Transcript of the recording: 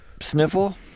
sniffle